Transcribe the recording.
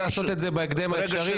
לעשות את זה בהקדם האפשרי.